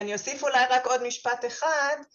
‫אני אוסיף אולי רק עוד משפט אחד.